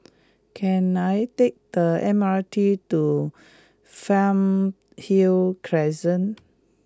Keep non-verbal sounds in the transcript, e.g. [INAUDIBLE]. can I take the M R T to Fernhill Crescent [NOISE]